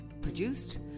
produced